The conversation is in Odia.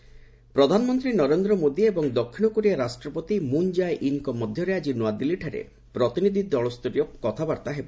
ପିଏମ୍ କୋରିଆ ପ୍ରେସିଡେଣ୍ଟ୍ ପ୍ରଧାନମନ୍ତ୍ରୀ ନରେନ୍ଦ୍ର ମୋଦି ଏବଂ ଦକ୍ଷିଣ କୋରିଆ ରାଷ୍ଟ୍ରପତି ମୁନ୍ ଜାଏ ଇନ୍ଙ୍କ ମଧ୍ୟରେ ଆଜି ନୂଆଦିଲ୍ଲୀଠାରେ ପ୍ରତିନିଧି ଦଳସ୍ତରୀୟ କଥାବାର୍ତ୍ତା ହେବ